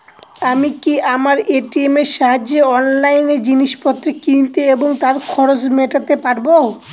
আমি কি আমার এ.টি.এম এর সাহায্যে অনলাইন জিনিসপত্র কিনতে এবং তার খরচ মেটাতে পারব?